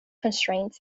constraints